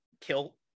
kill